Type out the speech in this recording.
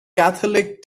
catholic